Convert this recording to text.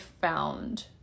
found